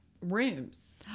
rooms